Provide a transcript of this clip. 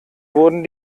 wurden